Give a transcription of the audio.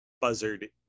buzzard